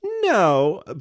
No